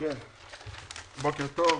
בוקר טוב,